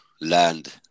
land